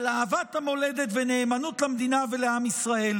על אהבת המולדת ונאמנות למדינה ולעם ישראל,